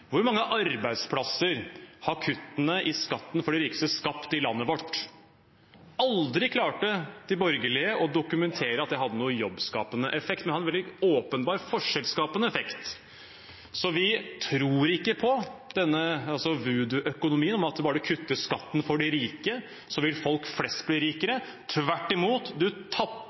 Hvor mange arbeidsplasser har kuttene i skatten for de rikeste skapt i landet vårt? Aldri klarte de borgerlige å dokumentere at det hadde noen jobbskapende effekt. Men det hadde en veldig åpenbar forskjellsskapende effekt, så vi tror ikke på denne voodooøkonomien om at bare man kutter skatten for de rike, vil folk flest bli rikere. Tvert imot tapper